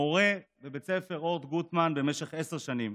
מורה בבית ספר אורט גוטמן במשך עשר שנים.